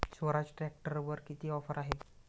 स्वराज ट्रॅक्टरवर किती ऑफर आहे?